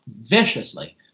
viciously